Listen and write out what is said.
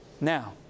Now